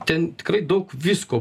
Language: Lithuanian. ten tikrai daug visko